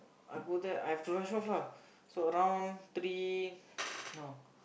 I go there I have to rush off lah so around three no